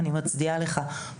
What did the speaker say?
אני מצדיעה לך,